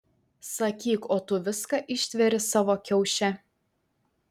sakyk o tu viską ištveri savo kiauše